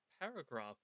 paragraph